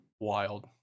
Wild